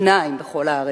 שניים בכל הארץ.